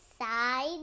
side